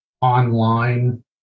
online